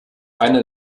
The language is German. einer